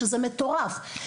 שזה מטורף.